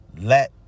Let